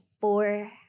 four